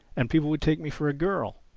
and people would take me for a girl.